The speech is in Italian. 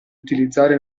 utilizzare